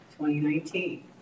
2019